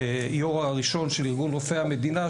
היו"ר הראשון של ארגון רופאי המדינה,